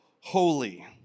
holy